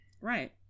right